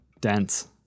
dense